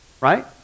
right